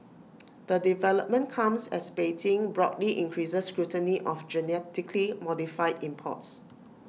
the development comes as Beijing broadly increases scrutiny of genetically modified imports